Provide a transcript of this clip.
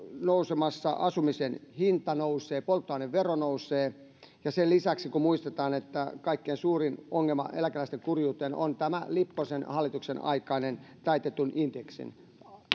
nousemassa asumisen hinta nousee polttoainevero nousee ja sen lisäksi muistetaan että kaikkein suurin ongelma eläkeläisten kurjuudessa on lipposen hallituksen aikainen taitetun indeksin